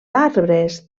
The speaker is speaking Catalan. arbres